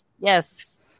Yes